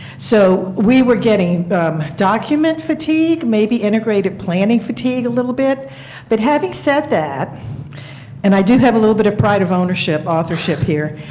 so we were getting document fatigue, maybe integrated planning fatigue a little bit but having said that and i do have a little bit of pride of authorship authorship here,